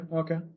okay